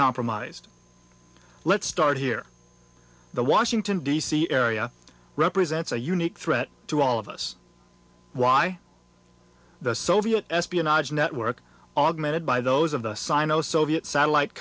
compromised let's start here the washington d c area represents a unique threat to all of us why the soviet espionage network augmented by those of the sino soviet satellite